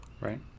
Right